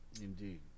Indeed